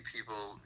people